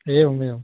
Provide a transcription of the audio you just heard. एवम् एवम्